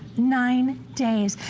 nine days.